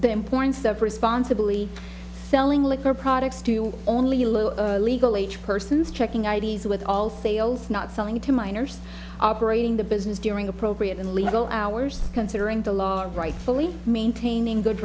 the importance of responsibly selling liquor products to only legal age persons checking i d s with all sales not selling to minors operating the business during appropriate and legal hours considering the law and rightfully maintaining good